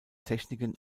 techniken